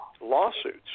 lawsuits